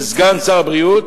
סגן שר הבריאות.